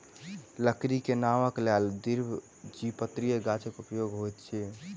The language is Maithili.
लकड़ी के नावक लेल द्विबीजपत्री गाछक उपयोग होइत अछि